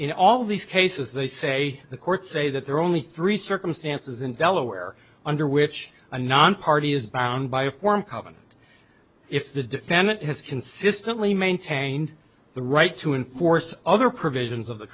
in all these cases they say the courts say that there are only three circumstances in delaware under which a nonparty is bound by a form covenant if the defendant has consistently maintained the right to enforce other provisions of the